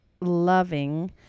loving